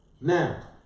Now